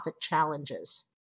challenges